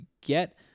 get